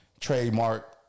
trademark